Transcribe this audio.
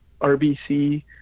RBC